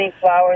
flowers